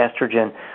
estrogen